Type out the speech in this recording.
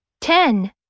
ten